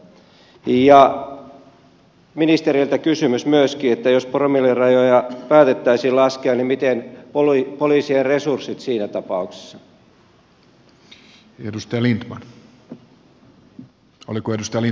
ja ministerille kysymys myöskin että jos promillerajoja päätettäisiin laskea niin miten poliisien resurssit siinä tapauksessa